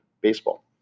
Baseball